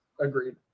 agreed